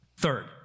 Third